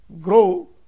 grow